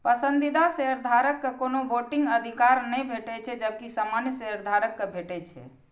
पसंदीदा शेयरधारक कें कोनो वोटिंग अधिकार नै भेटै छै, जबकि सामान्य शेयधारक कें भेटै छै